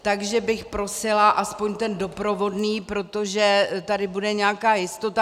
Takže bych prosila aspoň ten doprovodný, protože tady bude nějaká jistota.